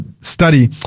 study